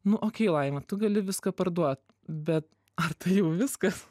nu okei laima tu gali viską parduot bet ar jau viskas